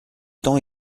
temps